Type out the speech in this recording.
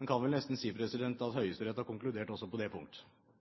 En kan vel nesten si at Høyesterett har konkludert også på det